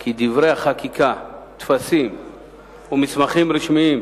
כי דברי החקיקה, טפסים ומסמכים רשמיים